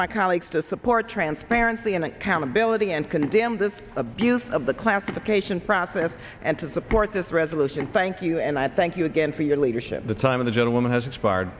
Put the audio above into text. my colleagues to support transparency and accountability and condemn this abuse of the classification process and to support this resolution thank you and i thank you again for your leadership the time of the gentleman has expired